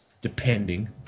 depending